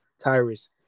Tyrus